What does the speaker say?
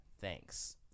Thanks